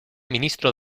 ministro